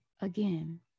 again